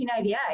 1988